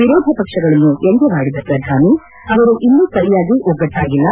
ವಿರೋಧ ಪಕ್ಷಗಳನ್ನು ವ್ಯಂಗ್ಕವಾಡಿದ ಪ್ರಧಾನಿ ಅವರು ಇನ್ನೂ ಸರಿಯಾಗಿ ಒಗ್ಗಟ್ಟಾಗಿಲ್ಲ